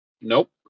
Nope